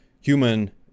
human